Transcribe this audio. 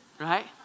right